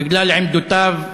בגלל עמדותיו,